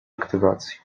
aktywacji